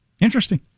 Interesting